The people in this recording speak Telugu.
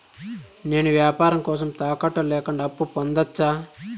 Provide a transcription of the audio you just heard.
నేను వ్యాపారం కోసం తాకట్టు లేకుండా అప్పు పొందొచ్చా?